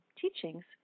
teachings